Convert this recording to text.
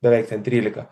beveik ten trylika